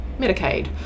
Medicaid